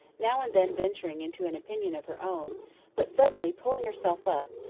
now and then venturing into an opinion of her own but suddenly pulling herself up,